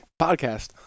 Podcast